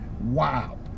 Wow